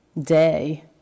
day